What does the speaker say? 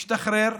משתחרר,